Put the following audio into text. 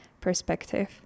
perspective